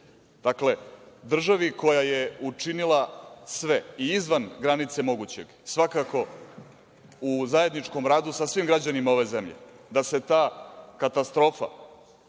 Dakle, državi koja je učinila sve, i izvan granice moguće, svakako, u zajedničkom radu sa svim građanima ove zemlje, da se ta katastrofa